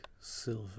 silver